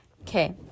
Okay